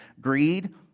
Greed